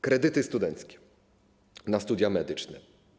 Kredyty studenckie na studia medyczne.